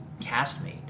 castmate